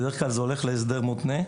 בדרך כלל זה הולך להסדר מותנה.